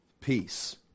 peace